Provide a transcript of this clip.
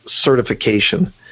certification